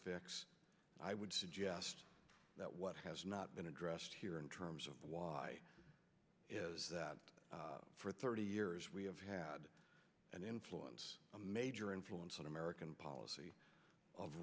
i would suggest that what has not been addressed here in terms of why for thirty years we have had an influence a major influence on american policy of